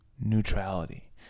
neutrality